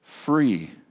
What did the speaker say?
free